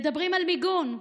מדברים על מיגון.